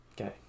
Okay